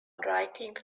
writing